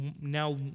now